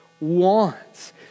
wants